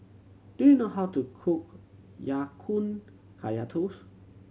do you know how to cook Ya Kun Kaya Toast